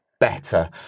Better